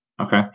Okay